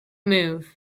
move